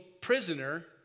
prisoner